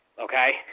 Okay